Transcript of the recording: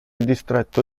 distretto